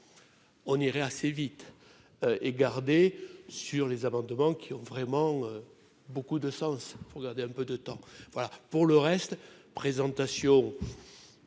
On irait assez vite et garder sur les amendements qui ont vraiment beaucoup de sens pour garder un peu de temps, voilà pour le reste, présentation